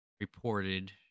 reported